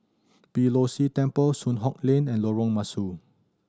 Beeh Low See Temple Soon Hock Lane and Lorong Mesu